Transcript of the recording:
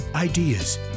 ideas